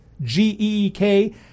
G-E-E-K